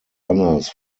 honors